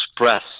express